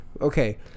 Okay